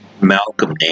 Malcolm